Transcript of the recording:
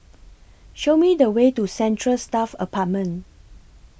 Show Me The Way to Central Staff Apartment